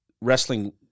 wrestling